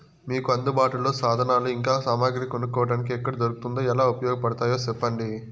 మీకు అందుబాటులో సాధనాలు ఇంకా సామగ్రి కొనుక్కోటానికి ఎక్కడ దొరుకుతుందో ఎలా ఉపయోగపడుతాయో సెప్పండి?